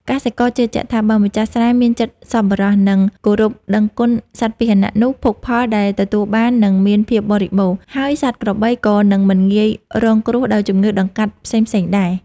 កសិករជឿជាក់ថា បើម្ចាស់ស្រែមានចិត្តសប្បុរស និងគោរពដឹងគុណសត្វពាហនៈ នោះភោគផលដែលទទួលបាននឹងមានភាពបរិបូរណ៍ ហើយសត្វក្របីក៏នឹងមិនងាយរងគ្រោះដោយជំងឺដង្កាត់ផ្សេងៗដែរ។